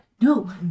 no